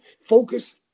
focus